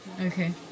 Okay